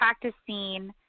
practicing